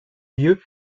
lieu